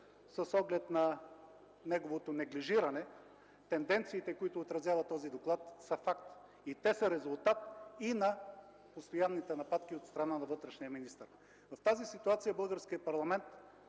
с оглед на неговото неглижиране, тенденциите, които отразява този доклад, са факт. И те са резултат от постоянните нападки от страна на вътрешния министър. В тази ситуация имаме